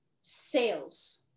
Sales